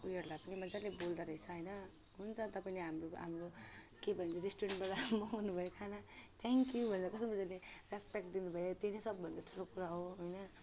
ऊ योहरूलाई पनि मजाले बोल्दो रहेछ होइन हुन्छ तपाईँले हाम्रो हाम्रो के भन्ने रेस्टुरेन्टबाट मगाउनुभयो खाना थ्याङ्कयु भनेर कस्तो मजाले रेस्पेक्ट दिनुभयो त्यो चाहिँ सबैभन्दा ठुलो कुरा हो होइन